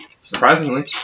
surprisingly